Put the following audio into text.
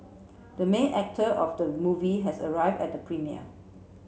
the main actor of the movie has arrive at the premiere